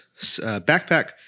backpack –